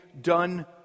done